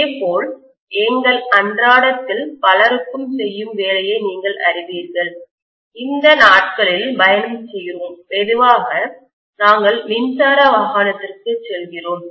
இதேபோல் எங்கள் அன்றாடத்தில் பலருக்கு செய்யும் வேலையை நீங்கள் அறிவீர்கள் இந்த நாட்களில் பயணம் செய்கிறோம் மெதுவாக நாங்கள் மின்சார வாகனத்திற்கு செல்கிறோம்